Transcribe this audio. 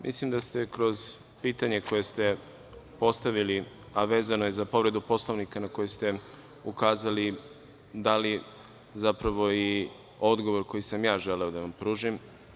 Mislim da ste kroz pitanje koje ste postavili, a vezano je za povredu Poslovnika na koju ste ukazali, dali zapravo i odgovor koji sam ja zapravo želeo da vam pružim.